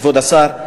כבוד השר,